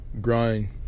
grind